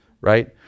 right